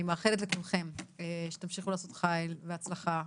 אני מאחלת לכולכם שתמשיכו לעשות חייל והצלחה.